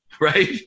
right